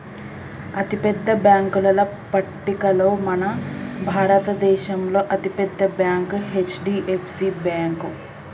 అతిపెద్ద బ్యేంకుల పట్టికలో మన భారతదేశంలో అతి పెద్ద బ్యాంక్ హెచ్.డి.ఎఫ్.సి బ్యేంకు